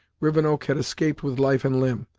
rivenoak had escaped with life and limb,